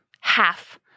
half